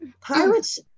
Pirates